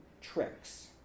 tricks